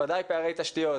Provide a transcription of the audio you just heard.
ודאי פערי תשתיות,